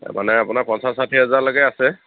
তাৰ মানে আপোনাৰ পঞ্চাছ ষাঠি হাজাৰলৈকে আছে